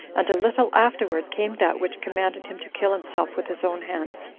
and a little afterward came that which commanded him to kill himself with his own hands.